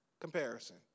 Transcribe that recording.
Comparison